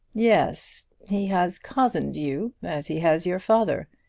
yes he has cozened you as he has your father.